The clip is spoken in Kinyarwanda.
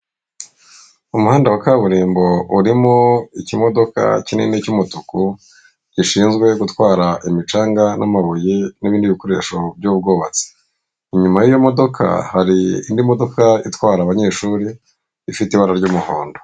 Umuhanda wa kaburimbo urimo ikimodoka kinini cy'umutuku gishinzwe gutwara imicanga n'amabuye n'ibindi bikoresho by'ubwubatsi, inyuma y'iyo modoka hari indi modoka itwara abanyeshuri ifite ibara ry'umuhondo.